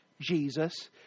Jesus